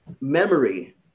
memory